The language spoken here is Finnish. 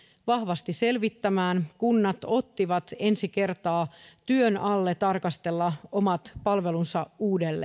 vahvasti selvittämään kunnat ottivat ensi kertaa työn alle tarkastella omat palvelunsa uudelleen